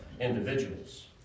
individuals